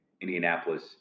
Indianapolis